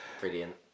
Brilliant